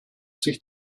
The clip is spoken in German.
sich